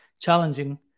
challenging